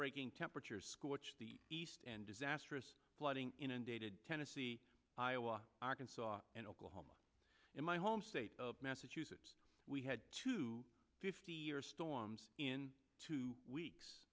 breaking temperatures scorched the east and disastrous flooding inundated tennessee iowa arkansas and oklahoma in my home state of massachusetts we had two fifty year storms in two weeks